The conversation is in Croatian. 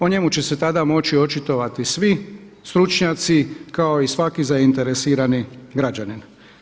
O njemu će se tada moći očitovati svi stručnjaci kao i svaki zainteresirani građanin.